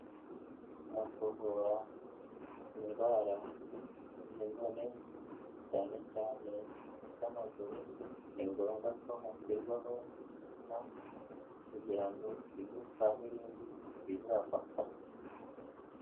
Mu kuvura indwara z'imvune cyane cyane iz'amaguru, ni ngombwa ko hashyirwaho sima kugira ngo igufwa n'irindi bizafatane.